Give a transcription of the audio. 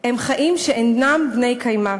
הם חיים שאינם בני-קיימא.